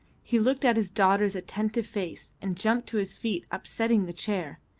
he looked at his daughter's attentive face and jumped to his feet upsetting the chair.